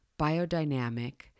biodynamic